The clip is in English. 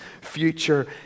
future